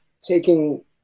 taking –